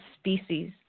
species